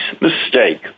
mistake